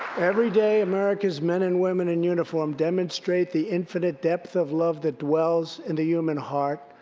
every day, america's men and women in uniform demonstrate the infinite depth of love that dwells in the human heart.